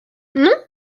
non